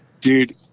dude